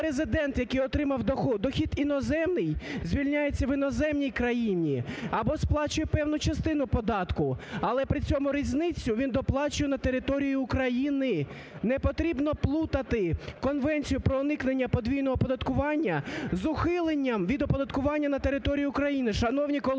резидент, який отримав дохід іноземний, звільняється в іноземній країні або сплачує певну частину податку, але при цьому різницю він доплачує на території України. Не потрібно плутати Конвенцію про уникнення подвійного оподаткування з ухиленням від оподаткуванням на території України. Шановні колеги,